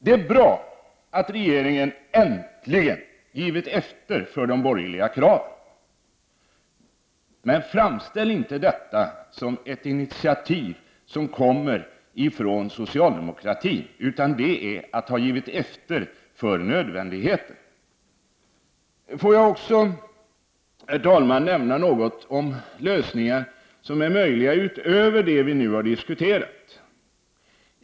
Det är bra att regeringen äntligen givit efter för de borgerliga kraven. Men denna eftergift skall inte framställas som ett initiativ från socialdemokratin — detta är en eftergift för nödvändigheten. Herr talman! Jag vill också nämna något om lösningar som är möjliga utöver dem som vi nu har diskuterat.